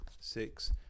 six